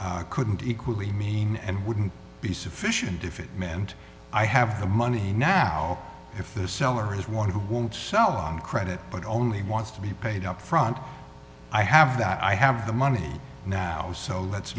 couldn't equally mean and wouldn't be sufficient if it meant i have the money now if the seller is one who won't sell credit but only wants to be paid upfront i have that i have the money now so let